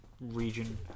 region